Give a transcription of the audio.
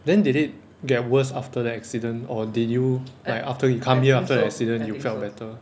then did it get worse after the accident or did you like after you come here after the accident you felt better